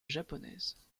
japonaise